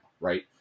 right